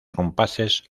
compases